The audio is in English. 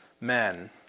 men